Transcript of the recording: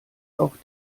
auch